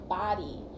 body